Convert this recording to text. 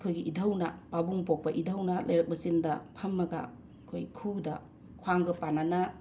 ꯑꯩꯈꯣꯢꯒꯤ ꯏꯙꯧꯅ ꯄꯥꯕꯨꯡ ꯄꯣꯛꯄ ꯏꯙꯧꯅ ꯂꯩꯔꯛ ꯃꯆꯤꯟꯗ ꯐꯝꯃꯒ ꯑꯈꯣꯏ ꯈꯨꯗ ꯈ꯭ꯋꯥꯡꯒ ꯄꯥꯅꯅ